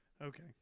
Okay